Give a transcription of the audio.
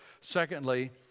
Secondly